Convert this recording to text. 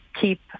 keep